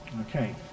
Okay